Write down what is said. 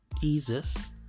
Jesus